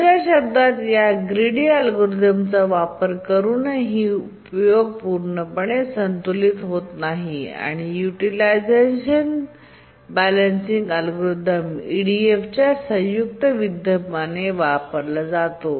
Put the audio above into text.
दुसर्या शब्दांत या ग्रिडी अल्गोरिदमचा वापर करूनही उपयोग पूर्णपणे संतुलित होत नाही आणि युटिलायझेशन बॅलॅन्सींग अल्गोरिदम EDF च्या संयुक्त विद्यमाने वापरला जातो